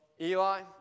Eli